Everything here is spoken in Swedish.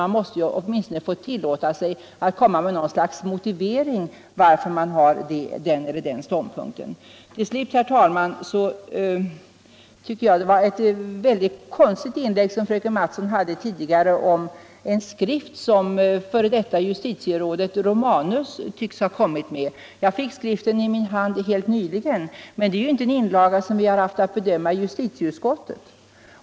Man måste ju åtminstone få tillåta sig att komma med något slags motivering till den eller den andra ståndpunkten. Till slut, herr talman, tycker jag det var ett egendomligt inlägg som fröken Mattson hade tidigare om en skrift som f. d. justitierådet Romanus har kommit med. Jag fick skriften i min hand helt nyligen. Men det är ju inte en inlaga som vi haft att bedöma i justitieutskottet.